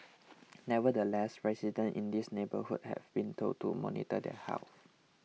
nevertheless residents in his neighbourhood have been told to monitor their health